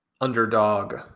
underdog